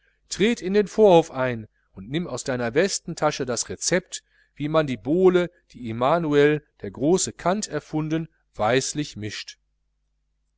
tritt in den vorhof ein und nimm aus deiner westentasche das recept wie man die bowle die imanuel der große kant erfunden weislich mischt